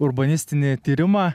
urbanistinį tyrimą